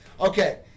Okay